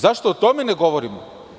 Zašto o tome ne govorimo?